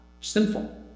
sinful